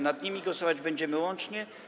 Nad nimi głosować będziemy łącznie.